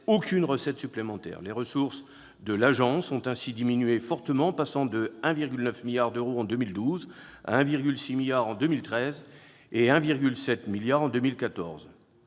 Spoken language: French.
aucune recette supplémentaire. Les ressources de l'Agence ont ainsi fortement diminué, passant de 1,9 milliard d'euros en 2012 à 1,6 milliard d'euros en 2013 et 1,7 milliard d'euros